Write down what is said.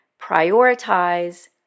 prioritize